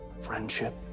friendship